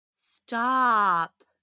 Stop